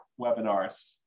webinars